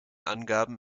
angaben